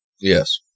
Yes